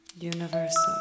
Universal